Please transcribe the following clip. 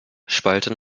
spalten